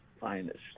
finest